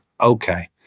okay